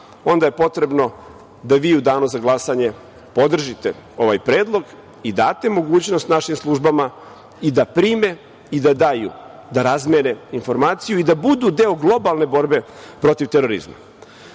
onda je potrebno da vi u Danu za glasanje podržite ovaj predlog i date mogućnost našim službama i da prime i da daju, da razmene informaciju i da budu deo globalne borbe protiv terorizma. Kao